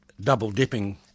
double-dipping